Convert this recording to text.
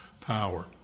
power